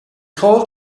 called